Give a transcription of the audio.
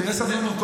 שתהיה סבלנות.